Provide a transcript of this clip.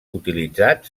utilitzat